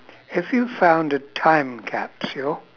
if you found a time capsule